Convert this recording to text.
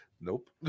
Nope